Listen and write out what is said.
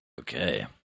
Okay